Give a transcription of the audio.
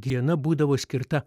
diena būdavo skirta